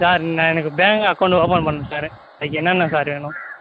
sir நான் எனக்கு பேங்க்கில அக்கௌன்ட் ஓப்பன் பண்ணணும் சார் அதுக்கு என்னன்னா சார் வேணும்